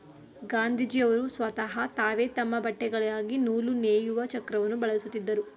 ಗಾಂಧೀಜಿಯವರು ಸ್ವತಹ ತಾವೇ ತಮ್ಮ ಬಟ್ಟೆಗಳಿಗಾಗಿ ನೂಲು ನೇಯುವ ಚಕ್ರವನ್ನು ಬಳಸುತ್ತಿದ್ದರು